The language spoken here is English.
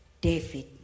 David